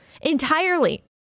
entirely